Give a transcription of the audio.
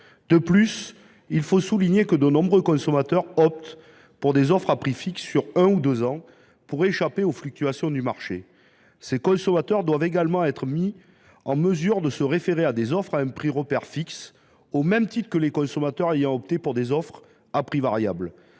De plus, il faut souligner que de nombreux consommateurs optent pour des offres à prix fixe sur un ou deux ans pour échapper aux fluctuations du marché. Ces particuliers doivent eux aussi pouvoir se référer à des offres à un prix repère fixe, comme les consommateurs ayant opté pour des offres à prix variable